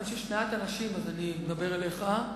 מכיוון שיש מעט אנשים אז אני מדבר אליך,